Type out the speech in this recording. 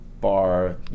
bar